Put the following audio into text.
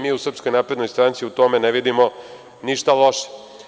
Mi u SNS u tome ne vidimo ništa loše.